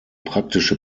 praktische